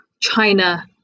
China